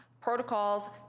protocols